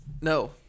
No